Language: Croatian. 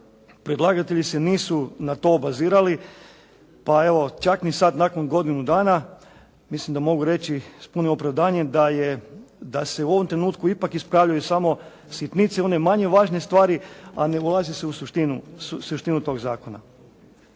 predlagatelji se nisu na to obazirali pa evo čak ni sad nakon godinu dana mislim da mogu reći s punim opravdanjem da je, da se u ovom trenutku ipak ispravljaju samo sitnice i one manje važne stvari a ne ulazi se u suštinu tog zakona.